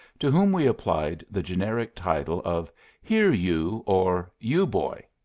to whom we applied the generic title of here, you or you, boy.